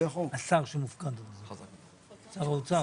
שר האוצר